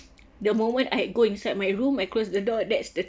the moment I go inside my room I close the door that's the